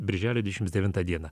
birželio dvidešims devintą dieną